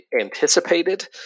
anticipated